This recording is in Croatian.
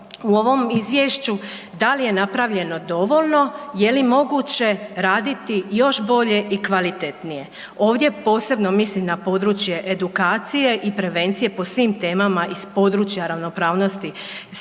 o ovom izvješću, da li je napravljeno dovoljno, je li moguće raditi još bolje i kvalitetnije? Ovdje posebno mislim na područje edukacije i prevencije po svim temama iz područja ravnopravnosti spolova,